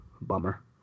bummer